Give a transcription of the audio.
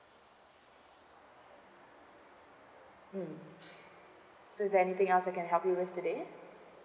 mm so is there anything else I can help you with today